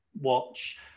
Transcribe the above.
watch